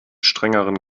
strengeren